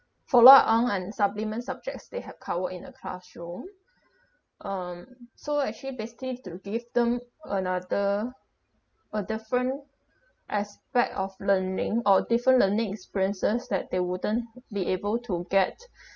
follow up on an supplement subjects they have covered in a classroom um so actually basically to give them another a different aspect of learning or different learning experiences that they wouldn't be able to get